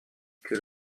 que